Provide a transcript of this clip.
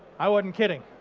i wasn't kidding.